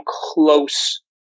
close